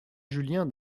julien